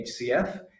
HCF